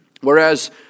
Whereas